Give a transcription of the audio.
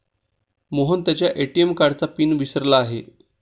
मोहन त्याच्या ए.टी.एम कार्डचा पिन विसरला आहे